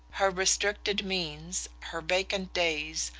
her restricted means, her vacant days,